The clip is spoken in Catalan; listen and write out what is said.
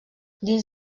dins